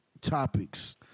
topics